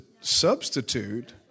substitute